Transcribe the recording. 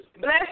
Bless